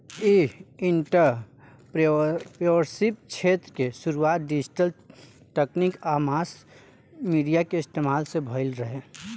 इ एंटरप्रेन्योरशिप क्षेत्र के शुरुआत डिजिटल तकनीक आ मास मीडिया के इस्तमाल से भईल रहे